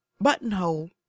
buttonhole